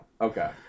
okay